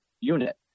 unit